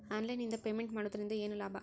Online ನಿಂದ payment ಮಾಡುವುದರಿಂದ ಏನು ಲಾಭ?